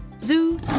Zoo